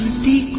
the